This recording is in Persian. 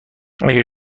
اگه